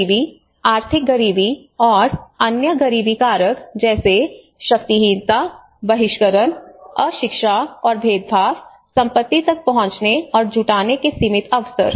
गरीबी आर्थिक गरीबी और अन्य गरीबी कारक जैसे शक्तिहीनता बहिष्करण अशिक्षा और भेदभाव संपत्ति तक पहुंचने और जुटाने के सीमित अवसर